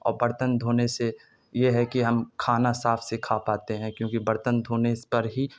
اور برتن دھونے سے یہ ہے کہ ہم کھانا صاف سے کھا پاتے ہیں کیونکہ برتن دھونے پر ہی